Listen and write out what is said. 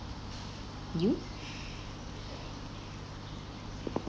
you